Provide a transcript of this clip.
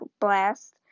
blast